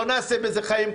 לא נעשה לזה חיים קלים.